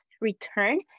return